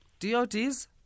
DOTs